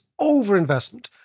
overinvestment